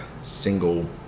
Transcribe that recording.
single